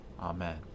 Amen